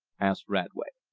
asked radway.